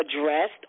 addressed